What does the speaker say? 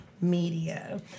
media